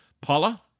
Paula